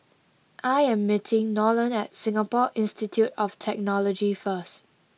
I am meeting Nolen at Singapore Institute of Technology first